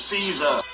Caesar